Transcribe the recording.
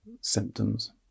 symptoms